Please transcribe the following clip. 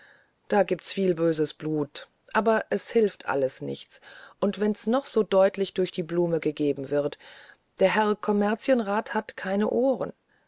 da gibt's viel böses blut aber es hilft alles nichts und wenn's noch so deutlich durch die blume gegeben wird der herr kommerzienrat hat keine ohren